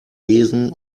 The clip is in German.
besen